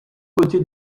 côtés